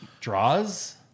Draws